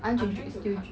ain't you still